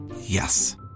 yes